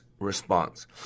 Response